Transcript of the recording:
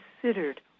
considered